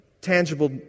tangible